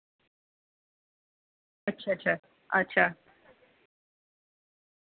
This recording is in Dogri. अच्छा अच्छा अच्छा